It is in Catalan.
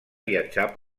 viatjar